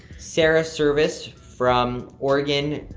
sarah service from oregon,